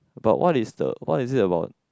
but what is the what is it about